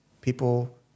people